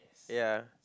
ya